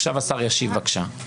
עכשיו השר ישיב, בבקשה.